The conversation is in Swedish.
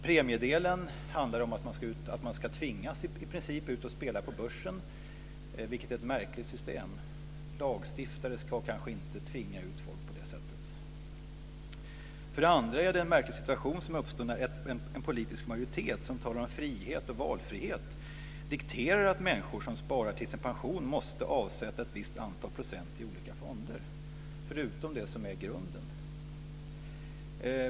Premiedelen handlar om att man i princip ska tvingas ut och spela på börsen, vilket är ett märkligt system. Lagstiftare ska inte tvinga ut folk på det sättet. För det andra uppstår det en märklig situation när en politisk majoritet som talar om frihet och valfrihet dikterar att människor som sparar till sin pension ska avsätta en viss procentandel i olika fonder, förutom det som är grunden.